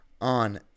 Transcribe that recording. on